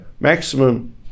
maximum